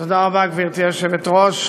גברתי היושבת-ראש,